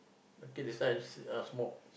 okay that's why I just uh smoke